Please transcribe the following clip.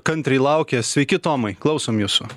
kantriai laukė sveiki tomai klausom jūsų